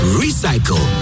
recycle